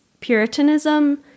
Puritanism